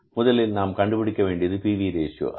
முதலில் நாம் கண்டுபிடிக்க வேண்டியது P V ratio PV Ratio